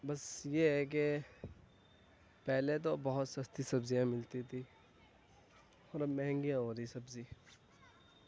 بس یہ ہے کہ پہلے تو بہت سستی سبزیاں ملتی تھیں اور اب مہنگی ہو رہی سبزی